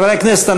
חברי הכנסת,